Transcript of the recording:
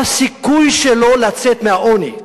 מה הסיכוי שלו לצאת מהעוני?